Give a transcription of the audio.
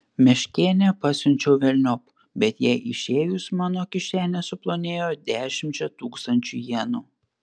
meškėnę pasiunčiau velniop bet jai išėjus mano kišenė suplonėjo dešimčia tūkstančių jenų